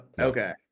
okay